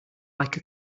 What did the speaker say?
like